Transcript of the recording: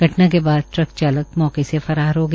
घटना के बाद ड्रग ट्रक चालक मौके से फरार हो गया